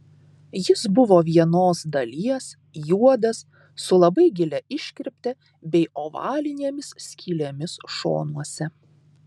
jis buvo vienos dalies juodas su labai gilia iškirpte bei ovalinėmis skylėmis šonuose